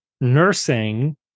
nursing